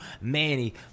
Manny